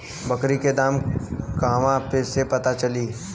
बकरी के दाम कहवा से पता चली?